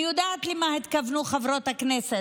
אני יודעת למה התכוונו חברות הכנסת,